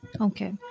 Okay